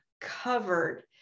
covered